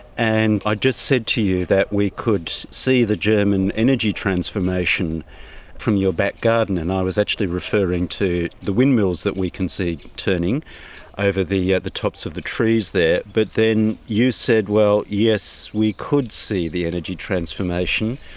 and i just said to you that we could see the german energy transformation from your back garden and i was actually referring to the windmills that we can see turning over the yeah the tops of the trees there. but then you said, well yes, we could see the energy transformation,